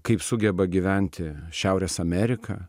kaip sugeba gyventi šiaurės amerika